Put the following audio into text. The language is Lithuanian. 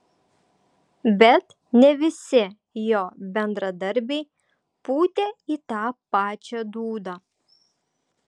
bet ne visi jo bendradarbiai pūtė į tą pačią dūdą